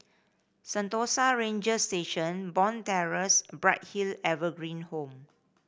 Sentosa Ranger Station Bond Terrace and Bright Hill Evergreen Home